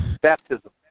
baptism